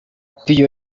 piyo